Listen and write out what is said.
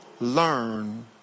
learn